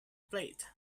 plate